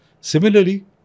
Similarly